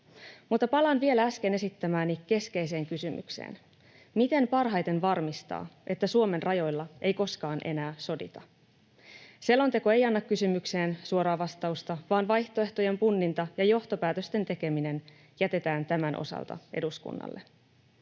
palaan vielä äsken esittämääni keskeiseen kysymykseen: miten parhaiten varmistaa, että Suomen rajoilla ei koskaan enää sodita? Selonteko ei anna kysymykseen suoraa vastausta, vaan vaihtoehtojen punninta ja johtopäätösten tekeminen jätetään tämän osalta eduskunnalle.